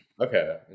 Okay